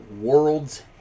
World's